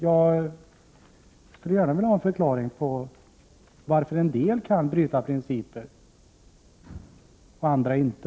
Jag vill gärna få en förklaring till varför en del kan bryta mot principer och andra inte.